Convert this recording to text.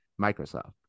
Microsoft